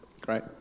Great